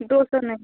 दो सौ नहीं